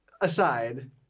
aside